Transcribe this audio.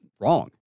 wrong